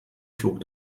flog